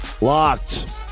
locked